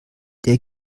der